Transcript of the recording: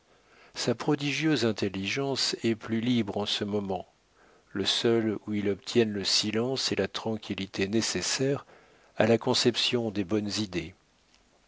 sa prodigieuse intelligence est plus libre en ce moment le seul où il obtienne le silence et la tranquillité nécessaires à la conception des bonnes idées